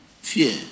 fear